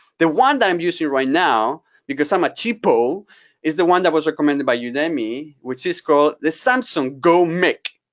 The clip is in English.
the one that i'm using right now because i'm a cheapo is the one that was recommended by udemy which is called the samson go mic.